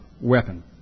weapon